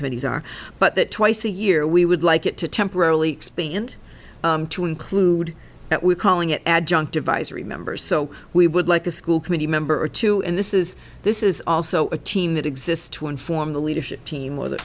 committees are but that twice a year we would like it to temporarily expand to include that we're calling it adjunct advisory members so we would like a school committee member or two and this is this is also a team that exists to inform the leadership team or the